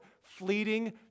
fleeting